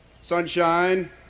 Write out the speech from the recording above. Sunshine